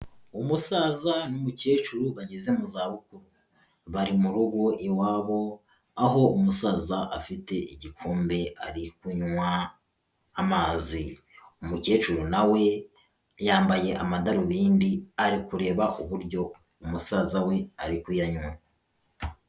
Umusaza n'umukecuru bageze mu zabukuru. Bari mu rugo iwabo aho umusaza afite igikombe ari kunywa amazi. Umukecuru na we yambaye amadarubindi ari kureba uburyo umusaza we ari kuyanywa.